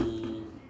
mm